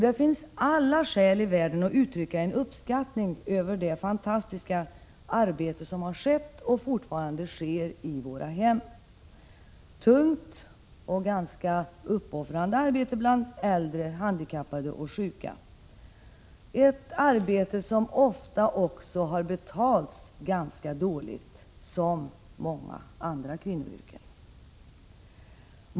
Det finns alla skäl i världen att uttrycka uppskattning över det fantastiska arbete som har utförts och fortfarande utförs i våra hem, ett tungt och ganska uppoffrande arbete bland äldre, handikappade och sjuka, ett arbete som ofta också har betalats ganska dåligt — som många andra kvinnoyrken.